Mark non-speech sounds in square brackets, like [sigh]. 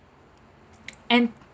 [noise] and